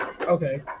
Okay